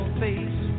face